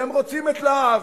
והם רוצים את להב.